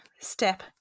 Step